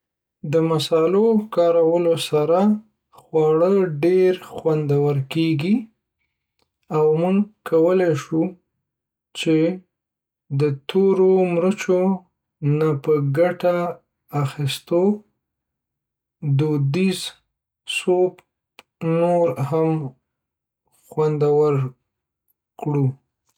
د مصالو کارولو سره خواړه ډیر خوندور کیږی او مونږ کولی شو چی د تورو مرچو نه په ګټی اخستو دودیز سوپ نور هم خوندور کو.